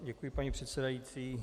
Děkuji, paní předsedající.